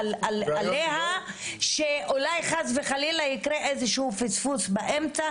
עליה שאולי חס וחלילה ייקרה איזשהו פספוס באמצע,